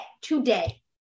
today